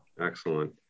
Excellent